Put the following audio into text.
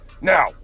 Now